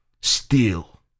Still